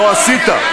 לא עשית.